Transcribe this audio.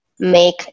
make